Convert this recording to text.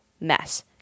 mess